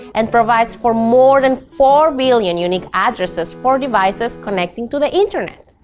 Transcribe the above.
and provides for more than four billion unique addresses for devices connecting to the internet.